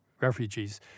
refugees